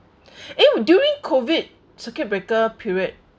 eh during COVID circuit breaker period